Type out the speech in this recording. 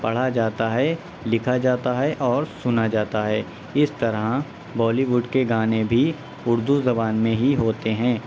پڑھا جاتا ہے لکھا جاتا ہے اور سنا جاتا ہے اس طرح بالی ووڈ کے گانے بھی اردو زبان میں ہی ہوتے ہیں